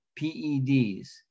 PEDs